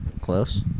Close